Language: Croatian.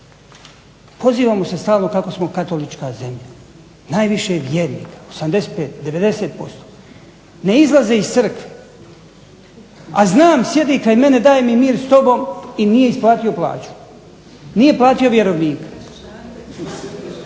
pozivamo se stalno kako smo katolička zemlja, najviše vjernika 85, 90%, ne izlaze iz crkve, a znam sjedi kraj mene, daje mi mir s tobom i nije isplatio plaću, nije platio vjerovnika.